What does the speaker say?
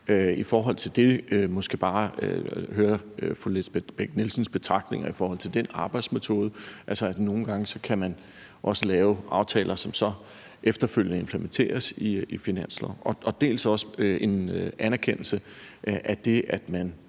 I forhold til det vil jeg måske dels bare høre fru Lisbeth Bech-Nielsens betragtninger om den arbejdsmetode, altså at man nogle gange også kan lave aftaler, som så efterfølgende implementeres i finansloven, dels også give en anerkendelse af, at man